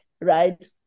Right